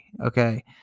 Okay